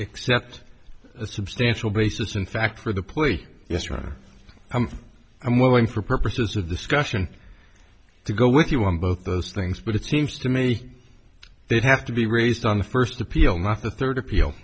except a substantial basis in fact for the plea yes right i'm willing for purposes of discussion to go with you on both those things but it seems to me they'd have to be raised on the first appeal not the third appeal